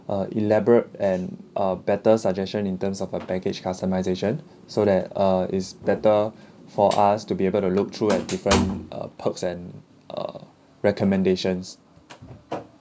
uh elaborate and a better suggestion in terms of a package customisation so that uh is better for us to be able to look through at different uh perks and uh recommendations